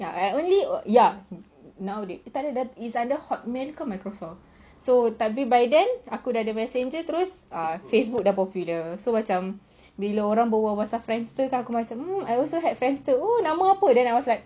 ya I only ya it's either hotmail ke microsoft so tapi by then aku dah ada messenger terus facebook dah popular so macam bila orang berbual pasal friendster aku macam hmm oh I also had friendster oh nama apa then I was like